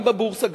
גם בבורסה,